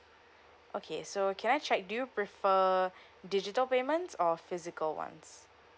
okay so can I check do you prefer digital payments or physical [one] s